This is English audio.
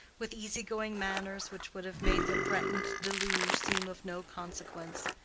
with easy-going manners which would have made the threatened deluge seem of no consequence.